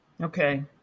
Okay